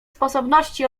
sposobności